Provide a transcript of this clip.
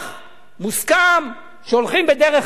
מוסכם שהולכים בדרך המלך,